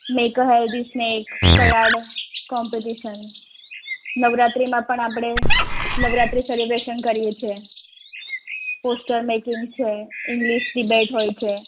make a healthy snack salad competition નવરાત્રિમાં પણ આપણે નવરાત્રી સેલિબ્રેશન કરીએ છીએ પોસ્ટર મેકિંગ છે ઇંગ્લિશ ડીબેટ હોય છે